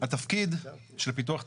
התפקיד של פיתוח תשתיות,